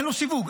אין סיווג.